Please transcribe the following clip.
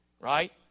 Right